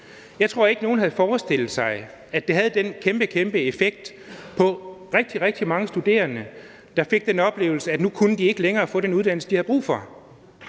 Jeg tror ikke, at nogen havde forestillet sig, at det havde den kæmpestore effekt på rigtig, rigtig mange studerende, der fik den oplevelse, at de nu ikke længere kunne få den uddannelse, de havde brug for.